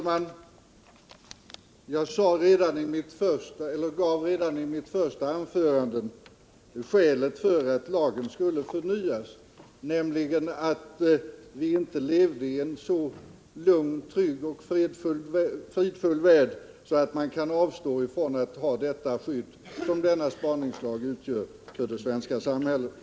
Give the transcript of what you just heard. Herr talman! Jag gav redan i mitt första anförande skälet till att lagen skulle förnyas, nämligen att vi inte lever i en så lugn, trygg och fridfull värld att man kan avstå från att ha det skydd för det svenska samhället som spaningslagen utgör.